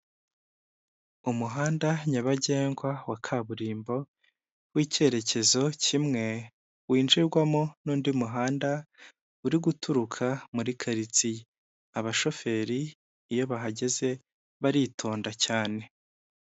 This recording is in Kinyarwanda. Umuhanda nyabagendwa wa kaburimbo w'icyerekezo kimwe winjirwamo n'undi muhanda uri guturuka muri karitsiye abashoferi iyo bahageze baritonda cyane.